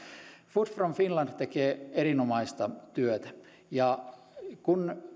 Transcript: food from finland tekee erinomaista työtä ja kun